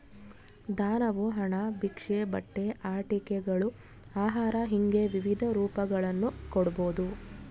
ದಾನವು ಹಣ ಭಿಕ್ಷೆ ಬಟ್ಟೆ ಆಟಿಕೆಗಳು ಆಹಾರ ಹಿಂಗೆ ವಿವಿಧ ರೂಪಗಳನ್ನು ಕೊಡ್ಬೋದು